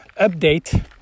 update